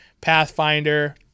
Pathfinder